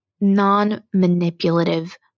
non-manipulative